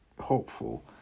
hopeful